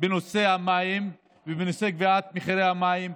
בנושא המים ובנושא קביעת מחירי המים,